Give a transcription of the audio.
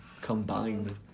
Combined